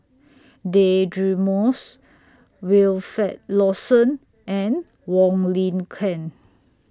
Deirdre Moss Wilfed Lawson and Wong Lin Ken